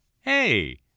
hey